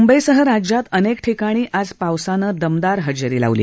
मुंबईसह राज्यात अनेक ठिकाणी आज पावसानं दमदार हजेरी लावली